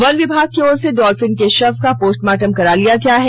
one विभाग की ओर से डॉल्फिन के शव का पोस्टमार्टम करा लिया गया है